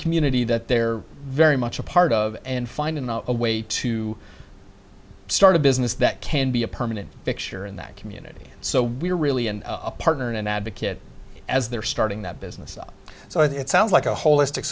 community that they're very much a part of and find in a way to start a business that can be a permanent fixture in that community so we're really and a partner in an advocate as they're starting that business up so it sounds like a holistic